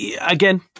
again